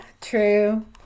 true